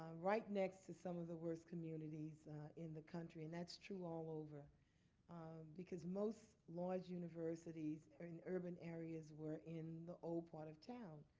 ah right next to some of the worst communities in the country and that's true all over because most large universities are in urban areas were in the old part of town.